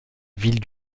ville